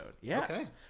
Yes